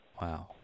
Wow